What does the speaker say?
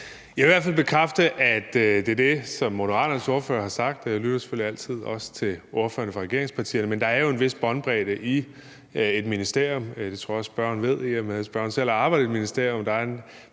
Jeg vil i hvert fald bekræfte, at det er det, som Moderaternes ordfører har sagt, og jeg lytter selvfølgelig altid, også til ordførerne for regeringspartierne, men der er jo en vis båndbredde i et ministerium. Det tror jeg også spørgeren ved, i og med at spørgeren selv har arbejdet i et ministerium. Der er et